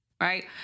Right